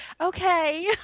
Okay